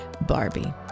Barbie